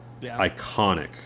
iconic